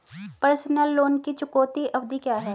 Personal loan की चुकौती अवधि क्या है?